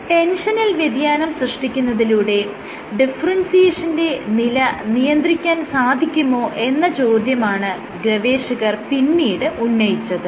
ടെൻഷനിൽ വ്യതിയാനം സൃഷ്ടിക്കുന്നതിലൂടെ ഡിഫറെൻസിയേഷന്റെ നില നിയന്ത്രിക്കാൻ സാധിക്കുമോ എന്ന ചോദ്യമാണ് ഗവേഷകർ പിന്നീട് ഉന്നയിച്ചത്